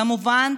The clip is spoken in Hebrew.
כמובן,